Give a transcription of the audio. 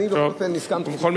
בכל אופן הסכמתי